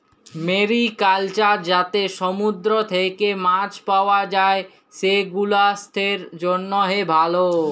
mariculture যাতে সমুদ্র থেক্যে মাছ পাওয়া যায়, সেগুলাসাস্থের জন্হে ভালো